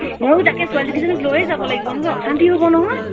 ময়ো তাকে ছোৱালীকেইজনক লৈয়ে যাব লাগিব নহ'লে অশান্তি হ'ব নহয়